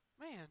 Man